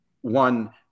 one